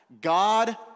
God